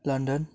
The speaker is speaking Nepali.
लन्डन